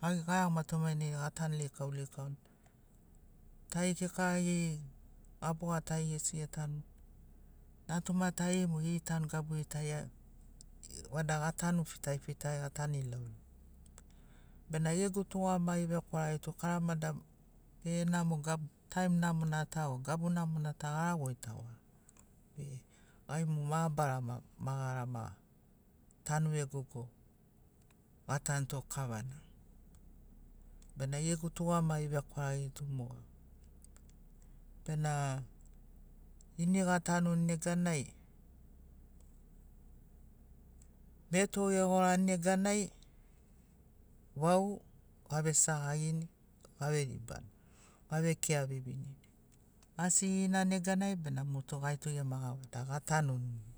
Gai gaeagomato mainai gatanu leikau leikauni tari kika geri gabogatari gesi getanuni natuma tari mo geri tanu gaburi tai ai vada gatanu fitari fitarini gatanu ilau ilauni bena gegu tugamagi vekwaragi tu karama daba be namo gabu taim namona ta o gabu namona ta gara goitagoa be gai mo mabarama ma garama tanu vegogo gatanuto kavana bena gegu tugamagi vekwaragi tu moga bena ini gatanuni neganai meto egorani neganai vau avesagagini averibani avekea vivini asigina neganai bena motu gaitu gema gatanu mogo